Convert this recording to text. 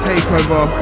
Takeover